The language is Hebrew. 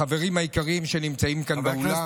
החברים היקרים שנמצאים כאן באולם,